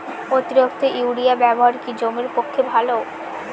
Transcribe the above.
অতিরিক্ত ইউরিয়া ব্যবহার কি জমির পক্ষে ভালো?